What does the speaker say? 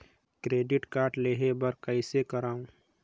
Credit card लेहे बर कइसे करव?